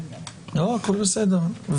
הכל בסדר,